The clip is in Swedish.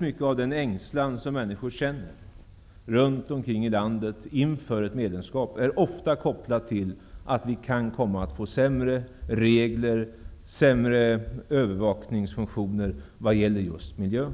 Mycket av den ängslan som människor runt om i landet känner inför ett medlemskap är ofta kopplat till att vi kan komma att få sämre regler och sämre övervakningsfunktioner i vad gäller miljön.